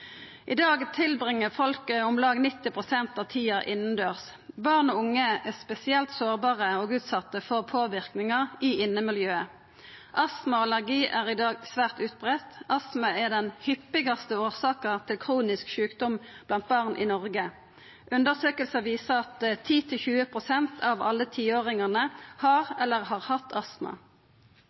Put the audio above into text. I dag er folk om lag 90 pst. av tida innandørs. Barn og unge er spesielt sårbare og utsette for påverknader i innemiljøet. Astma og allergi er i dag svært utbreidd. Astma er den hyppigaste årsaka til kronisk sjukdom blant barn i Noreg. Undersøkingar viser at 10–20 pst. av alle tiåringane har eller har hatt astma.